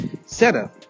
setup